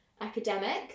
academic